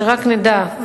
שרק נדע,